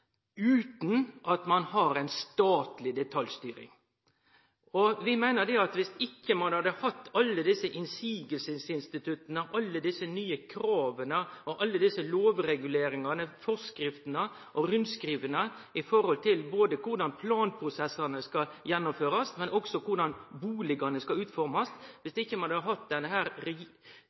utan at ein har ei statleg detaljstyring. Vi meiner at viss ein ikkje hadde hatt alle desse motsegnsinstitutta, alle desse nye krava, alle desse lovreguleringane, forskriftene og rundskriva med omsyn til korleis planprosessane skal gjennomførast, men også til korleis bustadene skal utformast – viss ein ikkje hadde hatt denne